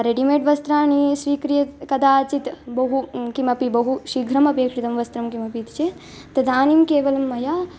readymade वस्त्राणि स्वीक्रियते कदाचित् बहु किमपि बहु शीघ्रमपेक्षितं वस्त्रं किमपि इति चेत् तदानीं केवलं मया